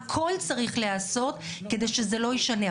הכול צריך להיעשות כדי שזה לא יישנה.